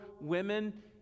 women